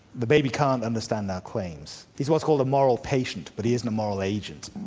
the baby can't understand our claims. he's what's called a moral patient, but he isn't a moral agent.